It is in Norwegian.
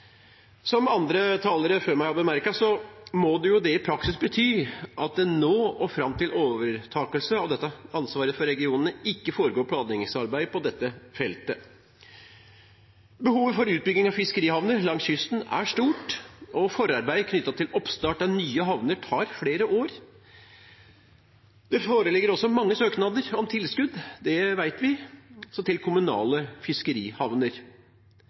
Som andre talere før meg har bemerket, må det i praksis bety at det fra nå og fram til overtakelse av dette ansvaret for regionene ikke foregår planleggingsarbeid på dette feltet. Behovet for utbygging av fiskerihavner langs kysten er stort, og forarbeid knyttet til oppstart av nye havner tar flere år. Det foreligger også mange søknader om tilskudd – det vet vi – til kommunale fiskerihavner.